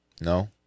No